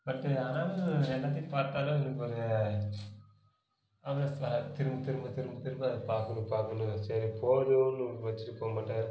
monthly ஆனால் எல்லாத்தையும் பார்த்தாலும் எனக்கு ஒரு திரும்பத் திரும்பத் திரும்பத் திரும்ப அதை பார்க்கணும் பார்க்கணும் சரி போதும்ன்னு வச்சுட்டு போகமாட்டேன்